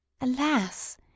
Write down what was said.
Alas